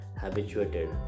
habituated